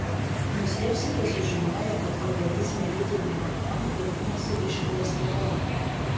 nustebsite sužinoję kad organizme lytiniai hormonai gaminasi iš cholesterolio